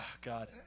God